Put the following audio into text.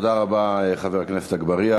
תודה רבה, חבר הכנסת אגבאריה.